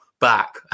back